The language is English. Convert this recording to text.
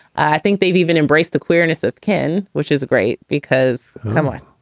i think they've even embraced the queerness of kin, which is a great because come on,